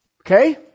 Okay